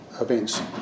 events